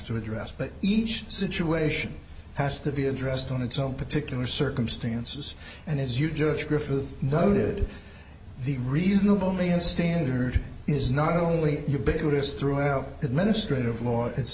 to address but each situation has to be addressed on its own particular circumstances and as you judge griffith noted the reasonable man standard is not only ubiquitous throughout administrative law it